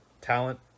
talent